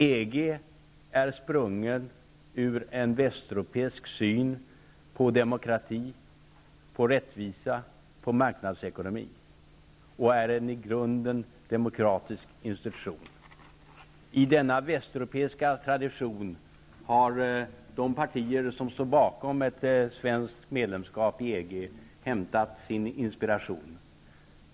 EG är sprungen ur en västeuropeisk syn på demokrati, rättvisa och marknadsekonomi och är en i grunden demokratisk institution. I denna västeuropeiska tradition har de partier som står bakom ett svenskt medlemskap i EG hämtat sin inspiration.